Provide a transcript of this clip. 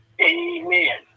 Amen